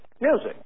music